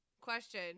question